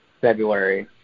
February